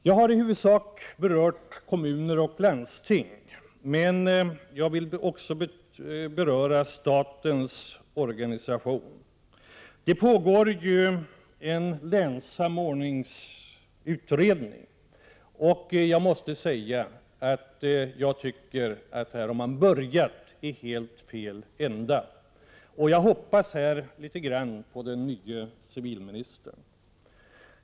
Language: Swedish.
Jag har i huvudsak berört kommuner och landsting, men jag vill också beröra statens organisation. Det pågår en länssamordningsutredning, och jag måste säga att jag tycker att utredningen har börjat i helt fel ände. Jag hoppas nu litet på den nye civilministern.